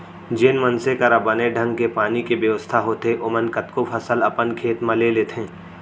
जेन मनसे करा बने ढंग के पानी के बेवस्था होथे ओमन कतको फसल अपन खेत म ले लेथें